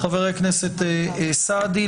חבר הכנסת סעדי,